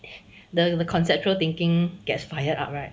the conceptual thinking gets fired up right